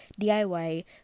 DIY